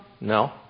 No